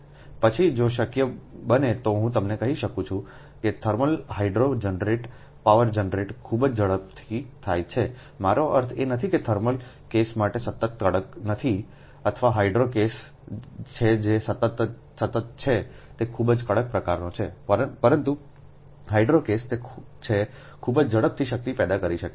પછી જો શક્ય બને તો હું તમને કહી શકું છું કે thermal hydro generate power generate ખૂબ જ ઝડપથી થાય છે મારો અર્થ એ નથીકે થર્મલ કેસ માટેસતતકડકનથીઅથવા હાઈડ્રો કેસ છે જે સતત છે તે ખૂબ જકડકપ્રકારનો છે પરંતુ હાઇડ્રો કેસ તે છે ખૂબ જ ઝડપથી શક્તિ પેદા કરી શકે છે